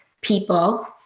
people